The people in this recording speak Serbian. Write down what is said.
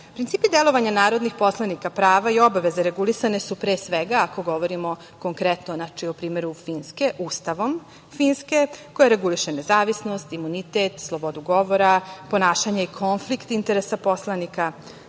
delovanja narodnih poslanika, prava i obaveze regulisani su, pre svega, ako govorimo konkretno, znači o primeru Finske, Ustavom Finske koji reguliše nezavisnost, imunitet, slobodu govora, ponašanje i konflikt interesa poslanika